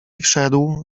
wszedł